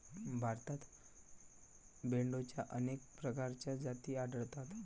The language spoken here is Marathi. भारतात भेडोंच्या अनेक प्रकारच्या जाती आढळतात